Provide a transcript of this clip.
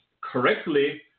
correctly